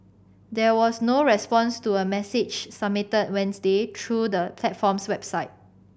there was no response to a message submitted Wednesday through the platform's website